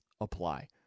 apply